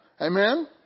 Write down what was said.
Amen